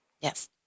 Yes